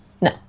no